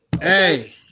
Hey